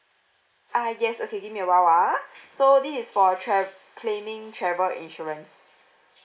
uh yes okay give me a while ah so this is for trav~ claiming travel insurance